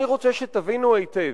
אני רוצה שתבינו היטב: